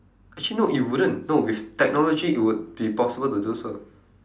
actually no it wouldn't no with technology it would be possible to do so